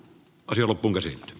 asell punnersi e